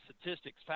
statistics